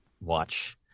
watch